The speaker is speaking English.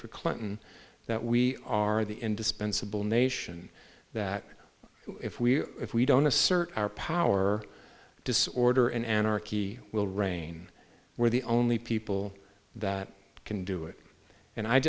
for clinton that we are the indispensable nation that if we if we don't assert our power disorder and anarchy will reign where the only people that can do it and